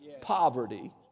Poverty